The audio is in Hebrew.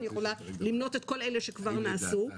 אני יכולה למנות את כל אלה שכבר נעשו.